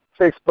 Facebook